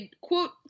quote